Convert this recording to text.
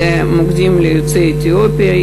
אלה מוקדים ליוצאי אתיופיה.